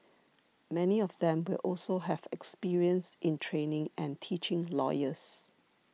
many of them will also have experience in training and teaching lawyers